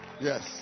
Yes